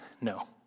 No